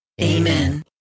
Amen